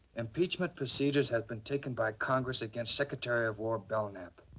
lmpeachment proceedings have been taken by congress. against secretary of war belinknapp.